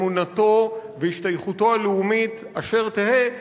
אמונתו והשתייכותו הלאומית אשר יהיו,